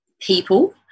people